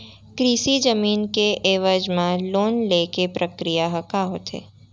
कृषि जमीन के एवज म लोन ले के प्रक्रिया ह का होथे?